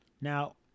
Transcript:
Now